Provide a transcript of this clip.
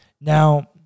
Now